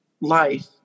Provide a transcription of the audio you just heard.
life